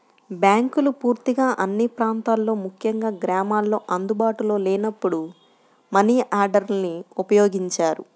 బ్యాంకులు పూర్తిగా అన్ని ప్రాంతాల్లో ముఖ్యంగా గ్రామాల్లో అందుబాటులో లేనప్పుడు మనియార్డర్ని ఉపయోగించారు